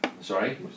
Sorry